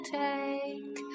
take